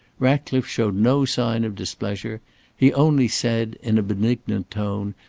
ratcliffe showed no sign of displeasure he only said, in a benignant tone,